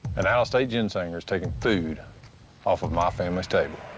an out-of-state ginsenger's taking food off of my family's table.